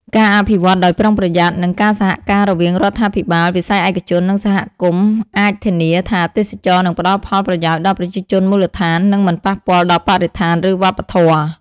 ការអភិវឌ្ឍដោយប្រុងប្រយ័ត្ន និងការសហការរវាងរដ្ឋាភិបាល វិស័យឯកជន និងសហគមន៍អាចធានាថាទេសចរណ៍នឹងផ្ដល់ផលប្រយោជន៍ដល់ប្រជាជនមូលដ្ឋាន និងមិនប៉ះពាល់ដល់បរិស្ថាន ឬវប្បធម៌។